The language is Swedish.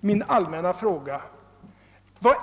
min allmänna fråga.